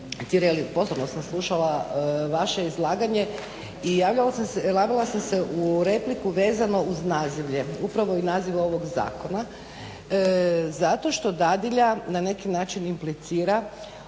Tireli, pozorno sam slušala vaše izlaganje i javila sam se u repliku vezano uz nazivlje, upravo i naziv ovog zakona zato što dadilja na neki način implicira